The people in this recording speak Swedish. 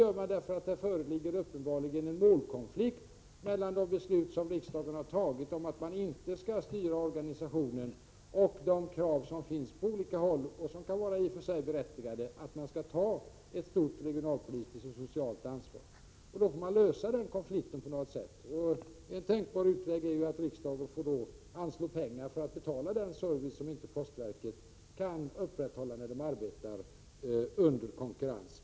Jo, därför att det tydligen föreligger en målkonflikt mellan å ena sidan de av riksdagen fattade besluten om att inte styra organisationen och å andra sidan de krav som ställs — och som i och för sig kan vara berättigade — på att man skall ta ett stort regionalpolitiskt och socialt ansvar. Den konflikten får vi försöka lösa på något sätt, och en tänkbar utväg är att riksdagen får anslå pengar för att betala den service som postverket inte kan upprätthålla när det arbetar under konkurrens.